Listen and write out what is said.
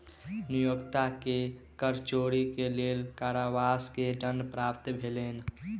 नियोक्ता के कर चोरी के लेल कारावास के दंड प्राप्त भेलैन